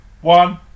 one